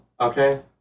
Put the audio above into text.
okay